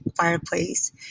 fireplace